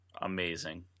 Amazing